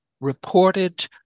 reported